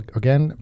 again